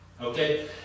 Okay